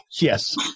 yes